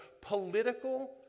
political